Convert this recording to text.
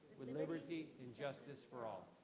with liberty and justice for all.